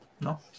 no